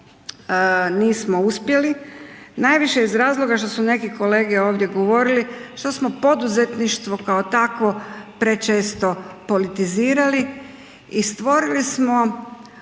nismo uspjeli, najviše iz razloga što su neki kolege ovdje govorili što smo poduzetništvo kao takvo prečesto politizirali i stvorili smo